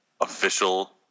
official